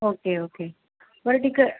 okay okay बरं ठीकं आहे